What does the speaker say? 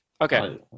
Okay